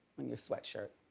on your sweatshirt?